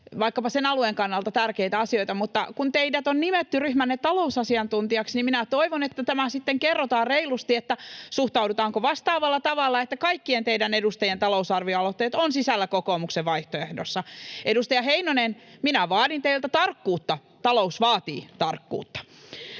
vaikkapa sen alueen kannalta tärkeitä asioita, mutta kun teidät on nimetty ryhmänne talousasiantuntijaksi, [Sari Sarkomaa: Ei ole nimetty!] niin toivon, että sitten kerrotaan reilusti, suhtaudutaanko vastaavalla tavalla, että kaikkien teidän edustajien talousarvioaloitteet ovat sisällä kokoomuksen vaihtoehdossa. Edustaja Heinonen, vaadin teiltä tarkkuutta. Talous vaatii tarkkuutta.